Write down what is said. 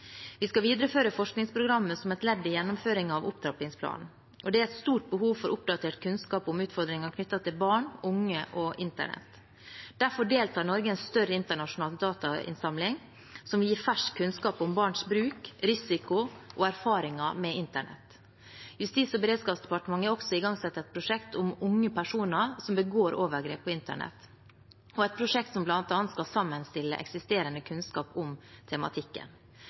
Vi skal videreføre forskningsprogrammet som et ledd i gjennomføringen av opptrappingsplanen, og det er et stort behov for oppdatert kunnskap om utfordringer knyttet til barn, unge og internett. Derfor deltar Norge i en større internasjonal datainnsamling som gir fersk kunnskap om barns bruk, risiko og erfaringer med internett. Justis- og beredskapsdepartementet har også igangsatt et prosjekt om unge personer som begår overgrep på internett, og et prosjekt som bl.a. skal sammenstille eksisterende kunnskap om tematikken.